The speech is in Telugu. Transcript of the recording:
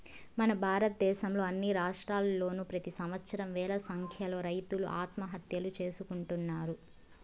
మన భారతదేశంలో అన్ని రాష్ట్రాల్లోనూ ప్రెతి సంవత్సరం వేల సంఖ్యలో రైతులు ఆత్మహత్యలు చేసుకుంటున్నారు